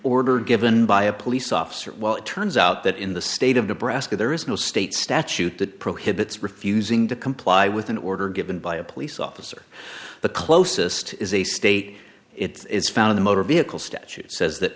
order given by a police officer well it turns out that in the state of nebraska there is no state statute that prohibits refusing to comply with an order given by a police officer the closest is a state it's found in the motor vehicle statute says that